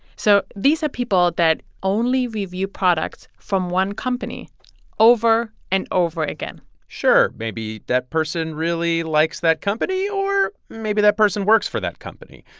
so these are people that only review products from one company over and over again sure. maybe that person really likes that company or maybe that person works for that company.